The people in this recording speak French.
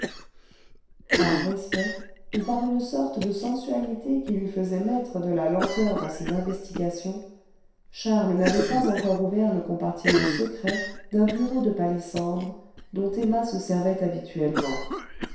par respect ou par une sorte de sensualité qui lui faisait mettre de la lenteur dans ses investigations charles n'avait pas encore ouvert le compartiment secret d'un bureau de palissandre dont emma se servait habituellement